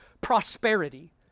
prosperity